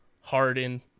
Harden